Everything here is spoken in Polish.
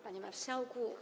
Panie Marszałku!